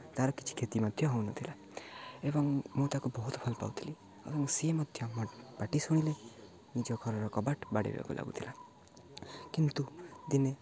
ତା'ର କିଛି ମଧ୍ୟ ହେଉନଥିଲା ଏବଂ ମୁଁ ତାକୁ ବହୁତ ଭଲ ପାଉଥିଲି ଏବଂ ସିଏ ମଧ୍ୟ ମୋ ପାଟି ଶୁଣିଲେ ନିଜ ଘରର କବାଟ ବାଡ଼େଇବାକୁ ଲାଗୁଥିଲା କିନ୍ତୁ ଦିନେ